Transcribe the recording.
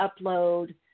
upload